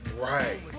right